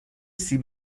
سیب